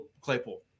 Claypool